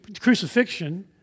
crucifixion